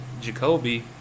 Jacoby